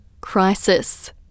crisis